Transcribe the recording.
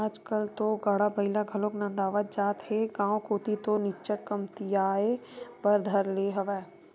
आजकल तो गाड़ा बइला घलोक नंदावत जात हे गांव कोती तो निच्चट कमतियाये बर धर ले हवय